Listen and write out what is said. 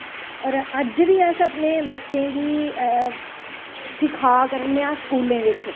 होर अज्ज बी अस अपने बच्चें गी सिखा करने आं स्कूलें बिच